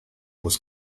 was